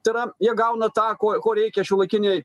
tai yra jie gauna tą ko ko reikia šiuolaikinėj